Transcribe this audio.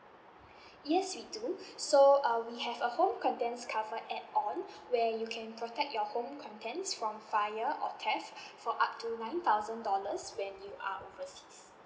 yes we do so uh we have a home content cover add on where you can protect your home contents from fire or theft for up to nine thousand dollars when you are overseas